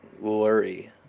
worry